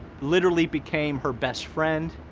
literally became her best friend,